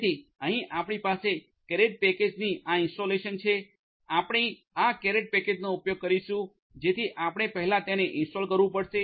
તેથી અહીં આપણી પાસે કેરેટ પેકેજની આ ઇન્સ્ટોલેશન છે આપણે આ કેરેટ પેકેજનો ઉપયોગ કરીશું જેથી આપણે પહેલા તેને ઇન્સ્ટોલ કરવું પડશે